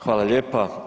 Hvala lijepa.